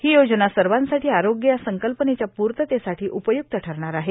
ही योजना सर्वांसाठी आरोग्य या संकल्पनेच्या पूर्ततेसाठी उपय्क्त ठरणार आहे